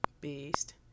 beast